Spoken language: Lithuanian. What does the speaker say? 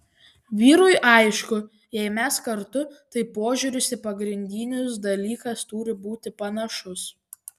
vyrui aišku jei mes kartu tai požiūris į pagrindinius dalykas turi būti panašus